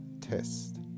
test